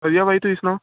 ਵਧੀਆ ਭਾਅ ਜੀ ਤੁਸੀਂ ਸੁਣਾਓ